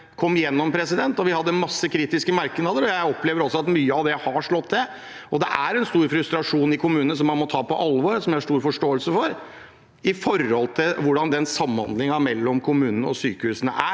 av en periode. Vi hadde mange kritiske merknader, og jeg opplever at mye av det har slått til. Det er stor frustrasjon i kommunene som man må ta på alvor – og som jeg har stor forståelse for – når det gjelder hvordan samhandlingen mellom kommunene og sykehusene er,